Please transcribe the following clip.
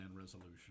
resolution